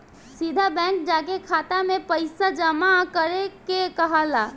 सीधा बैंक जाके खाता में पइसा जामा करे के कहाला